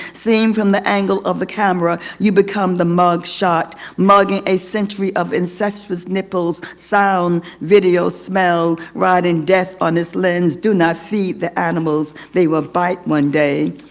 seeing from the angle of the camera you become the mug shot. mugging a century of incestuous nipples, sound, video, smell, writing, death on his lens. do not feed the animals, they will bite one day.